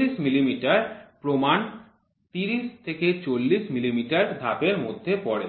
৪০ মিমি প্রমাণ মান ৩০ ৫০ মিমি এর ধাপ এর মধ্যে পড়ে